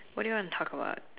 what do you wanna talk about